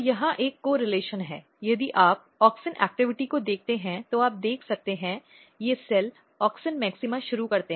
तो यहां एक सहसंबंध है यदि आप ऑक्सिन गतिविधि को देखते हैं तो आप देख सकते हैं ये सेल ऑक्सिन मैक्सिमा शुरू करते हैं